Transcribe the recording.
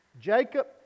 jacob